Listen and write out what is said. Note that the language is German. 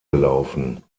gelaufen